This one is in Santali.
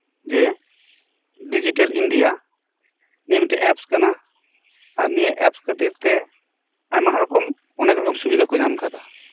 ᱡᱮ ᱰᱤᱡᱤᱴᱮᱞ ᱤᱱᱰᱤᱭᱟ ᱱᱤᱭᱟᱹ ᱢᱤᱫᱴᱮᱱ ᱮᱯᱥ ᱠᱟᱱᱟ ᱟᱨ ᱱᱤᱭᱟᱹ ᱮᱯᱥ ᱠᱷᱟᱹᱛᱤᱨ ᱛᱮ ᱟᱭᱢᱟ ᱦᱚᱲᱠᱚ ᱚᱱᱮᱠ ᱨᱚᱠᱚᱢ ᱥᱩᱵᱤᱫᱷᱟᱠᱚ ᱧᱟᱢ ᱟᱠᱟᱫᱟ